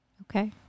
Okay